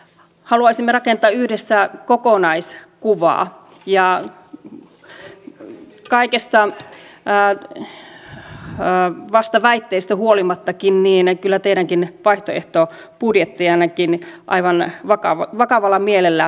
haluaisimme rakentaa yhdessä kokonaiskuvaa ja kaikista vastaväitteistä huolimattakin kyllä teidänkin vaihtoehtobudjettejanne aivan vakavalla mielellä tarkistellaan